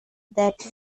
that